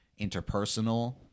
interpersonal